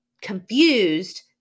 confused